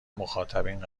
مخاطبین